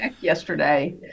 yesterday